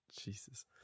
Jesus